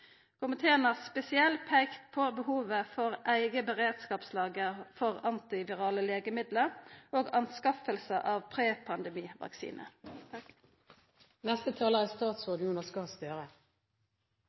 Komiteen har spesielt peikt på behovet for eit eige beredskapslager for antivirale legemiddel og anskaffing av